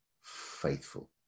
faithful